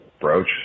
broach